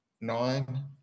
nine